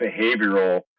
behavioral